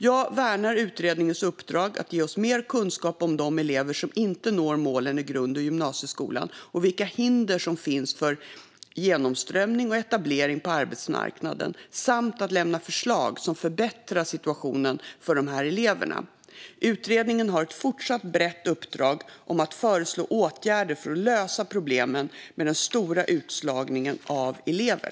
Jag värnar utredningens uppdrag att ge oss mer kunskap om de elever som inte når målen i grund och gymnasieskolan och om vilka hinder som finns för genomströmning och etablering på arbetsmarknaden samt att lämna förslag som förbättrar situationen för dessa elever. Utredningen har ett fortsatt brett uppdrag att föreslå åtgärder för att lösa problemen med den stora utslagningen av elever.